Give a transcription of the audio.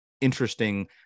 interesting